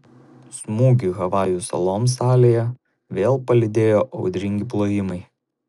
smūgį havajų saloms salėje vėl palydėjo audringi plojimai